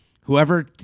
whoever